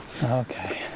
Okay